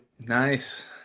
Nice